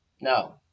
No